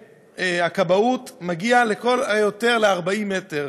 הכבאות מגיעים לכל היותר ל-40 מטר,